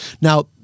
Now